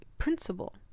principle